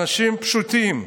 אנשים פשוטים,